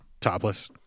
topless